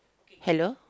hello